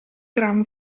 gran